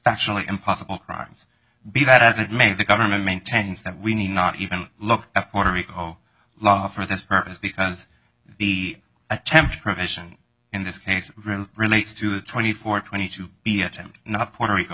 actually impossible crimes be that as it may the government maintains that we need not even look at puerto rico law for this purpose because the attempt provision in this case relates to twenty four twenty two and not puerto rico